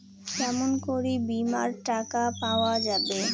কেমন করি বীমার টাকা পাওয়া যাবে?